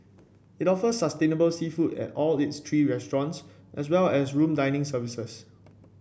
it offers sustainable seafood at all its three restaurants as well as room dining services